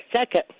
second